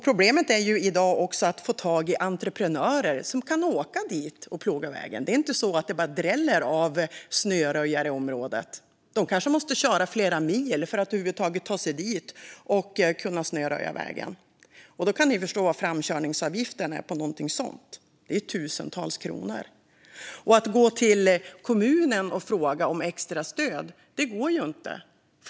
Problemet i dag är att få tag i entreprenörer som kan åka dit och ploga vägen. Det är inte så att det bara dräller av snöröjare i området. De kanske måste köra flera mil för att över huvud taget ta sig dit och kunna snöröja vägen. Då kan ni förstå vad framkörningsavgiften blir - det är tusentals kronor. Att gå till kommunen och fråga om extra stöd går heller inte.